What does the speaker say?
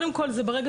בהיר.